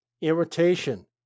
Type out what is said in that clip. Irritation